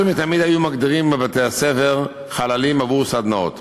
מאז ומתמיד היו מוגדרים בבתי-הספר חללים עבור סדנאות.